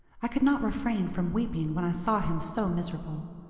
i could not refrain from weeping when i saw him so miserable.